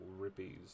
rippies